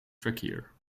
trickier